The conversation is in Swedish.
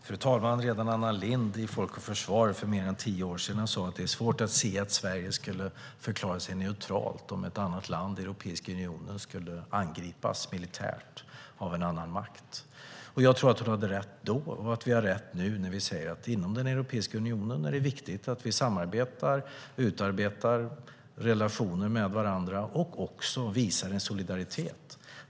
Fru talman! Redan Anna Lindh sade på Folk och Försvar för mer än tio år sedan att det är svårt att se att Sverige skulle förklara sig neutralt om ett annat land i Europeiska unionen angreps militärt av en annan makt. Hon hade rätt då, och vi har rätt nu när vi säger att det inom Europeiska unionen är viktigt att vi samarbetar, utarbetar relationer med varandra och visar solidaritet.